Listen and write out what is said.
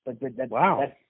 Wow